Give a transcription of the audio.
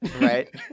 Right